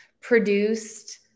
produced